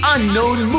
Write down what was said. Unknown